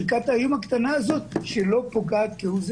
את חלקת אלוהים הקטנה הזאת שלא פוגעת כהוא זה?